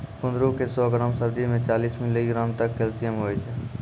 कुंदरू के सौ ग्राम सब्जी मे चालीस मिलीग्राम तक कैल्शियम हुवै छै